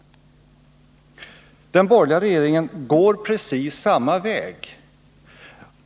Den borgerliga regeringen går precis samma väg.